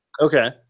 Okay